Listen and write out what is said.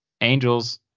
Angels